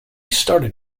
started